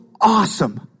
awesome